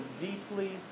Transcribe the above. deeply